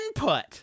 input